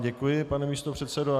Děkuji vám, pane místopředsedo.